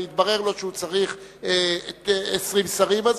ויתברר לו שהוא צריך 20 שרים,